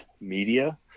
Media